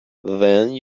then